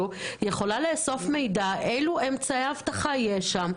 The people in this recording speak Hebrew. יכולה לאסוף מידע איזה אמצעי אבטחה יש שם,